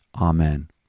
amen